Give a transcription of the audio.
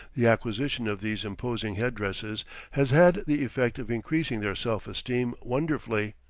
the acquisition of these imposing head-dresses has had the effect of increasing their self-esteem wonderfully.